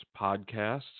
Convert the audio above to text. podcasts